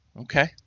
Okay